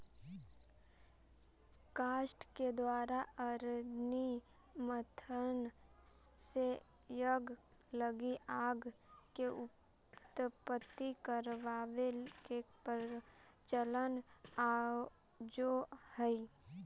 काष्ठ के द्वारा अरणि मन्थन से यज्ञ लगी आग के उत्पत्ति करवावे के प्रचलन आजो हई